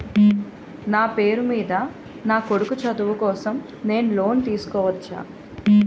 నా పేరు మీద నా కొడుకు చదువు కోసం నేను లోన్ తీసుకోవచ్చా?